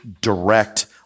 direct